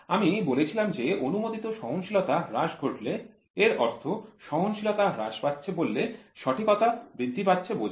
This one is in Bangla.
আমি বলেছিলাম যে অনুমোদিত সহনশীলতা হ্রাস ঘটল এর অর্থ সহনশীলতা হ্রাস পাচ্ছে বললে সঠিকতা বৃদ্ধি পাচ্ছে বোঝায়